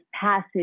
passage